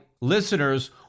listeners